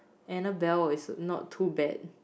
Annabelle is not too bad